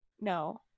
no